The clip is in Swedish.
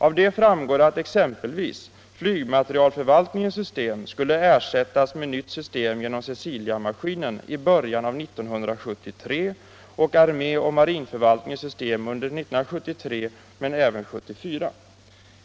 Av det framgår att exempelvis flygmaterielförvaltningens system skulle ersättas med nytt system genom Cecilia-maskinen i början av 1973 och armé och marinförvaltningens system under 1973 men även 1974.